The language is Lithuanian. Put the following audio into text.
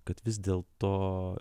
kad vis dėlto